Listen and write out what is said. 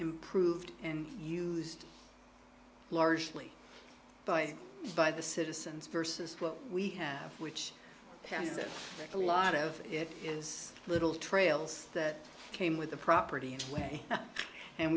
improved and used largely by the citizens versus what we have which has a lot of it is little trails that came with the property in a way and